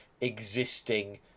existing